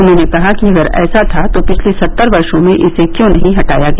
उन्होंने कहा कि अगर ऐसा था तो पिछले सत्तर वर्षों में इसे क्यों नहीं हटाया गया